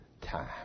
time